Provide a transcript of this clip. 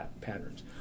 patterns